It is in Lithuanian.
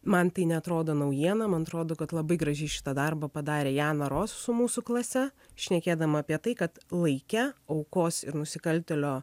man tai neatrodo naujiena man atrodo kad labai gražiai šitą darbą padarė jana ros su mūsų klase šnekėdama apie tai kad laike aukos ir nusikaltėlio